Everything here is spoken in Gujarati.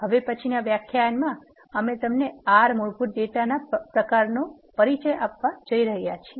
હવે પછીના વ્યાખ્યાનમાં અમે તમને R મૂળભૂત ડેટા પ્રકારોનો પરિચય આપવા જઈ રહ્યા છીએ